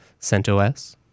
CentOS